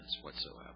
whatsoever